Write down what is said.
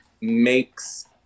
makes